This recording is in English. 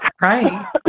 Right